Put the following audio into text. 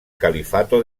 califato